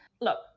Look